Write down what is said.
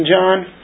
John